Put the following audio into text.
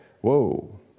whoa